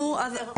נו, אז?